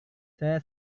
saya